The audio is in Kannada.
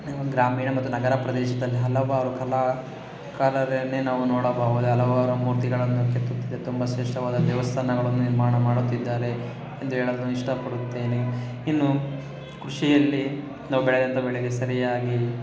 ಗ್ರಾಮೀಣ ಮತ್ತು ನಗರ ಪ್ರದೇಶದಲ್ಲಿ ಹಲವಾರು ಕಲಾಕಾರರನ್ನೇ ನಾವು ನೋಡಬಹುದು ಹಲವಾರು ಮೂರ್ತಿಗಳನ್ನು ಕೆತ್ತುತ್ತಿದ್ದೆ ತುಂಬ ಶ್ರೇಷ್ಠವಾದ ದೇವಸ್ಥಾನಗಳನ್ನು ನಿರ್ಮಾಣ ಮಾಡುತ್ತಿದ್ದಾರೆ ಎಂದು ಹೇಳಲು ನಾನು ಇಷ್ಟಪಡುತ್ತೇನೆ ಇನ್ನೂ ಕೃಷಿಯಲ್ಲಿ ನಾವು ಬೆಳೆದಂಥ ಬೆಳೆಗೆ ಸರಿಯಾಗಿ